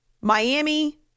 Miami